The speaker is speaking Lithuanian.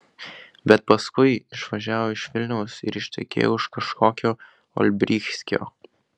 bet paskui išvažiavo iš vilniaus ir ištekėjo už kažkokio olbrychskio